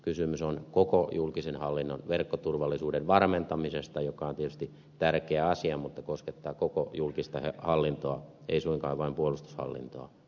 kysymys on koko julkisen hallinnon verkkoturvallisuuden varmentamisesta mikä on tietysti tärkeä asia mutta koskettaa koko julkista hallintoa ei suinkaan vain puolustushallintoa